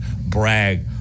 brag